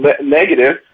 negative